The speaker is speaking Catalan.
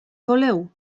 voleu